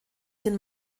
den